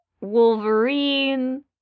wolverine